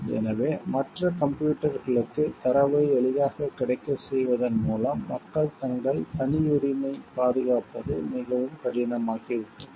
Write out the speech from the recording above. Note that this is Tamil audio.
எனவே மற்ற கம்ப்யூட்டர்களுக்கு தரவை எளிதாகக் கிடைக்கச் செய்வதன் மூலம் மக்கள் தங்கள் தனியுரிமையைப் பாதுகாப்பது மிகவும் கடினமாகிவிட்டது